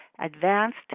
advanced